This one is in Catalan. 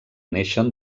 neixen